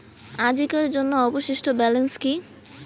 আজিকার জন্য অবশিষ্ট ব্যালেন্স কি?